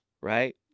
right